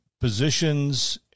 positions